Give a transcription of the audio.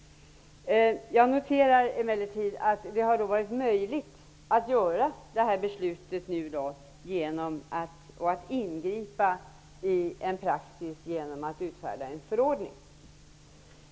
Jag noterar emellertid att det har varit möjligt att fatta det här beslutet nu och att ingripa i en praxis genom att utfärda en förordning.